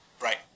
Right